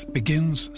begins